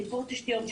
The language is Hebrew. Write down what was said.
שיפור תשתיות,